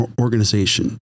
organization